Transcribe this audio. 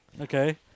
Okay